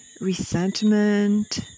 resentment